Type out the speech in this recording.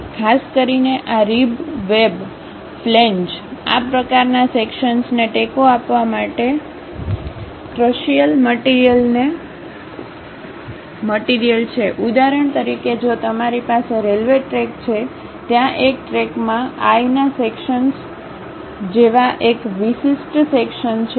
ખાસ કરીને આ રીબ વેબ ફ્લેંજ આ પ્રકારના સેક્શનસને ટેકો આપવા માટે કૃસીયલ મટીરીયલ છે ઉદાહરણ તરીકે જો તમારી પાસે રેલ્વે ટ્રેક છે ત્યાં એક ટ્રેકમાં આઈ ના સેક્શનસ જેવા એક વિશિષ્ટ સેક્શન છે